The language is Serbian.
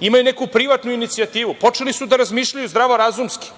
imaju neku privatnu inicijativu. Počeli su da razmišljaju zdravorazumski.